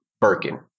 Birkin